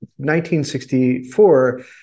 1964